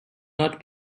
not